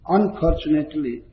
Unfortunately